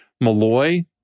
Malloy